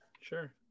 Sure